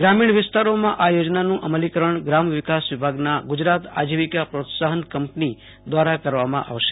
ગ્રામિણ વિસ્તારોમાં આ યોજનાનું અમલીકરણ ગ્રામવિકાસ વિભાગના ગુજ રાત આજીવિકા પ્રોત્સાહન કંપની દવારા કરાશે